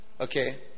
Okay